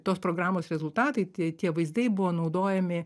tos programos rezultatai tie tie vaizdai buvo naudojami